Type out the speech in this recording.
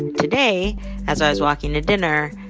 today as i was walking to dinner,